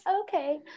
okay